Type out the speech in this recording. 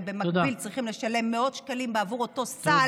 ובמקביל צריכים לשלם מאות שקלים בעבור אותו סל.